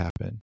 happen